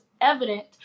evident